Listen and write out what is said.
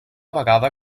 vegada